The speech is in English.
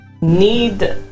need